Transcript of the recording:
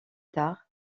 tard